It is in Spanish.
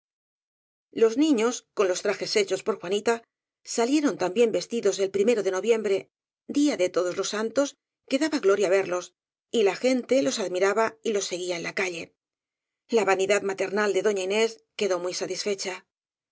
los niños con los trajes hechos por juanita salieron tan bien vestidos el primero de noviem bre día de todos los santos que daba gloria ver los y la gente los admiraba y los seguía en la ca lle la vanidad maternal de doña inés quedó muy satisfecha